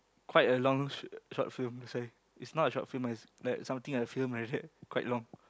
quite a long sh~ short film sorry it's not a short film it's like something like a film like that quite long